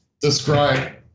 describe